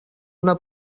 una